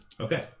Okay